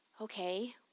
okay